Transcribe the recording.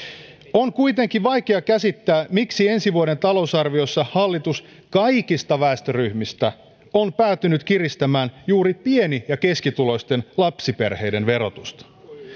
on kuitenkin vaikea käsittää miksi ensi vuoden talousarviossa hallitus kaikista väestöryhmistä on päätynyt kiristämään juuri pieni ja keskituloisten lapsiperheiden verotusta